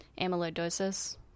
amyloidosis